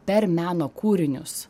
per meno kūrinius